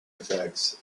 effects